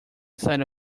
side